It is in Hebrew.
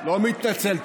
לא מתנצל.